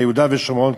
ביהודה ושומרון,